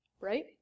Right